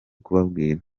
kubabwira